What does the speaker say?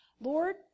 Lord